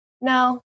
no